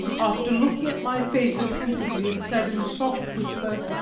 after looking at my face attentively, and said in a soft whisper